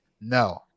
No